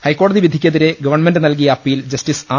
ഹൈക്കോടതി വിധി ക്കെതിരെ ഗവൺമെന്റ് നൽകിയ അപ്പീൽ ജസ്റ്റിസ് ആർ